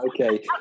okay